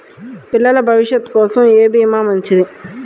పిల్లల భవిష్యత్ కోసం ఏ భీమా మంచిది?